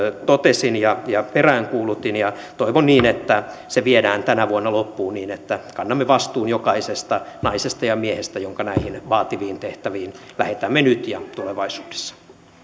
totesin ja ja peräänkuulutin toivon että se viedään tänä vuonna loppuun niin että kannamme vastuun jokaisesta naisesta ja miehestä jotka näihin vaativiin tehtäviin lähetämme nyt ja tulevaisuudessa